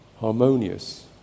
harmonious